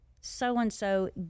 so-and-so